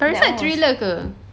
parasite thriller ke